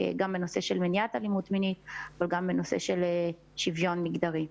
גם במניעת אלימות מינית וגם בשוויון מגדרי.